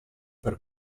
per